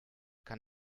kann